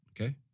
okay